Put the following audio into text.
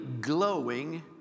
glowing